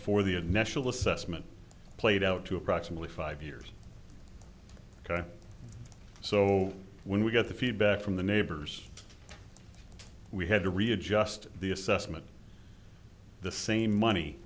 for the a national assessment played out to approximately five years so when we got the feedback from the neighbors we had to readjust the assessment the same money